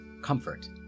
Comfort